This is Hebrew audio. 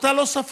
ואותה לא ספרו.